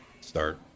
start